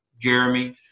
Jeremy